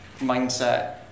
mindset